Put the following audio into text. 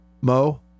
Mo